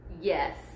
Yes